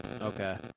Okay